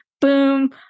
Boom